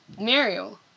Muriel